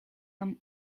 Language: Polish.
nam